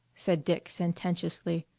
said dick sententiously.